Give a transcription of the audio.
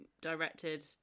directed